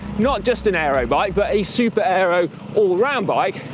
not just an aero bike, but a super aero all-around bike,